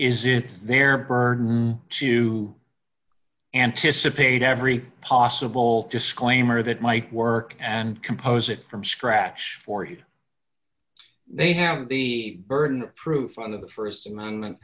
is it their burden to anticipate every possible disclaimer that might work and compose it from scratch for you they have the burden of proof on the st amendment